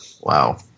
Wow